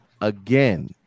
again